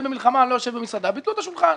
במלחמה ולכן ביטלו את הזמנת השולחן.